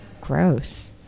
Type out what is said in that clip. gross